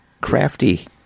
crafty